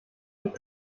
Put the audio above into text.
und